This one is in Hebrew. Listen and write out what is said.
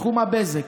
תחום הבזק,